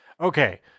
Okay